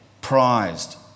prized